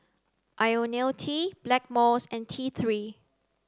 Ionil T Blackmores and T three